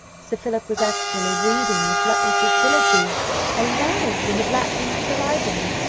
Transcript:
sir philip was actually reading miss luttridge's billet-doux aloud when the black entered the library.